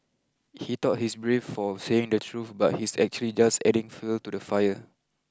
he thought he's brave for saying the truth but he's actually just adding fuel to the fire